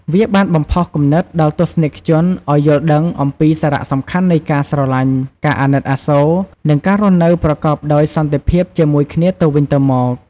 វាបានបំផុសគំនិតដល់ទស្សនិកជនឱ្យយល់ដឹងអំពីសារៈសំខាន់នៃការស្រឡាញ់ ការអាណិតអាសូរ និងការរស់នៅប្រកបដោយសន្តិភាពជាមួយគ្នាទៅវិញទៅមក។